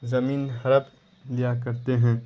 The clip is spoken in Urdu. زمین ہڑپ لیا کرتے ہیں